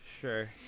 Sure